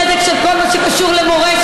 צדק של כל מה שקשור למורשת.